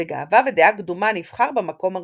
ו"גאווה ודעה קדומה" נבחר במקום הראשון.